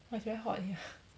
!wah! it's very hot here